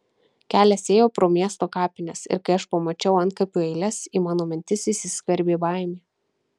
kelias ėjo pro miesto kapines ir kai aš pamačiau antkapių eiles į mano mintis įsiskverbė baimė